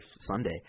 Sunday